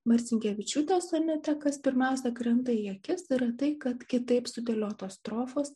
marcinkevičiūtės sonete kas pirmiausia krinta į akis yra tai kad kitaip sudėliotos strofos